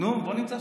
נו, בוא נמצא שם.